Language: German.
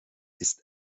ist